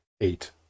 eight